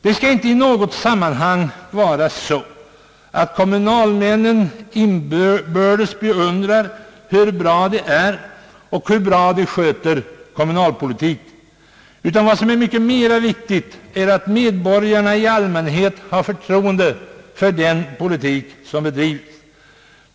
Det skall inte i något sammanhang vara så att kommunalmännen inbördes beundrar varandra, hur bra de är, hur bra de sköter kommunalpolitiken. Det viktiga är att medborgarna i allmänhet har förtroende för den politik som bedrives.